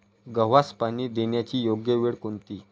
गव्हास पाणी देण्याची योग्य वेळ कोणती?